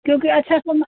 क्योंकि अच्छा समा